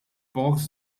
box